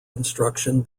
instruction